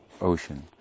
ocean